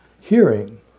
hearing